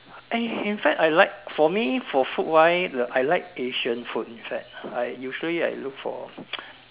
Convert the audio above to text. eh in fact I like for me for food wise I like Asian food in fact usually I look for